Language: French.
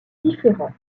différent